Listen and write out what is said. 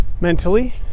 Mentally